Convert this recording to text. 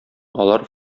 алар